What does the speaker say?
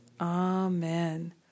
Amen